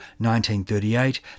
1938